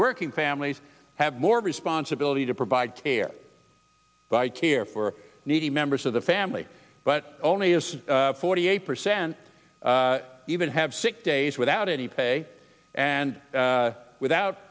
working families have more responsibility to provide care by care for needy members of the family but only as forty eight percent even have sick days without any pay and without